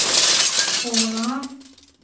कोला